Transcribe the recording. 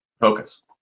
focus